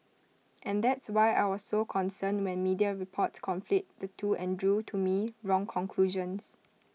and that's why I was so concerned when media reports conflate the two and drew to me wrong conclusions